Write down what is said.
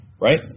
right